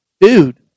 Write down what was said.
dude